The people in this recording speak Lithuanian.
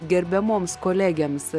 gerbiamoms kolegėms